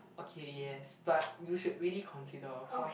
okay yes but you should really consider orh cause